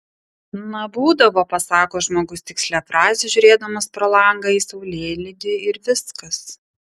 na būdavo pasako žmogus tikslią frazę žiūrėdamas pro langą į saulėlydį ir viskas